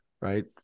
right